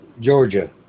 Georgia